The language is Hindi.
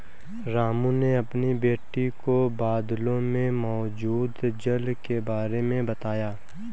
रामू ने अपनी बेटी को बादलों में मौजूद जल के बारे में बताया